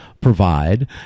provide